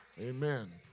Amen